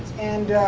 and